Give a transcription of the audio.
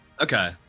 Okay